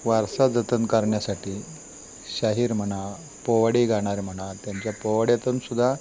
वारसा जतन करण्यासाठी शाहीर म्हणा पोवाडे गाणारं म्हणा त्यांच्या पोवाड्यातून सुद्धा